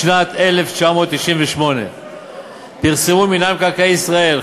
בשנת 1998 פרסמו מינהל מקרקעי ישראל,